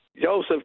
Joseph